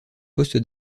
poste